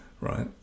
right